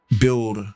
build